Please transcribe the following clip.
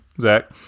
zach